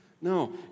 No